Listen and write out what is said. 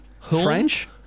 French